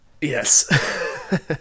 Yes